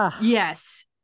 yes